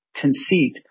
conceit